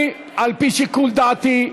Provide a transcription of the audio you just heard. על-פי שיקול דעתי,